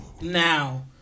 now